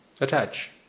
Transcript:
Attach